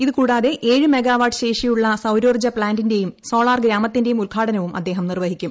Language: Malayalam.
ഇതുകൂടാതെ ഏഴ് മെഗാവാട്ട് ശേഷിയുള്ള സൌരോർജ്ജ പ്ലാന്റിന്റെയും സോളാർ ഗ്രാമത്തിന്റെയും ഉദ്ഘാടനവും അദ്ദേഹം നിർവ്വഹിക്കും